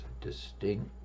distinct